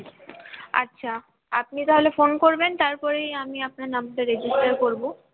আচ্ছা আপনি তাহলে ফোন করবেন তারপরেই আমি আপনার নামটা রেজিস্টার করব